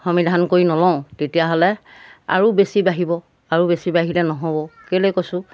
সমিধান কৰি নলওঁ তেতিয়াহ'লে আৰু বেছি বাঢ়িব আৰু বেছি বাঢ়িলে নহ'ব কেলৈ কৈছোঁ